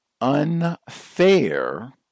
unfair